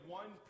one